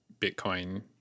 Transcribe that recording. bitcoin